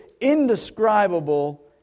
indescribable